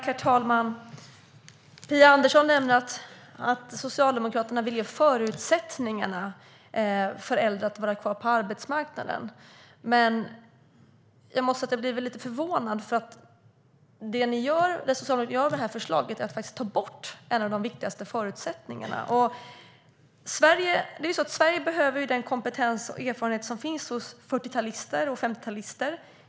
Herr talman! Phia Andersson nämner att Socialdemokraterna vill ge förutsättningar för äldre att vara kvar på arbetsmarknaden. Jag måste säga att jag blir lite förvånad. Det Socialdemokraterna gör med det här förslaget är nämligen att ta bort en av de viktigaste förutsättningarna. Sverige behöver den kompetens och erfarenhet som finns hos 40-talister och 50-talister.